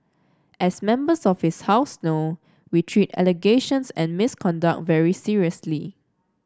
as Members of this House know we treat allegations and misconduct very seriously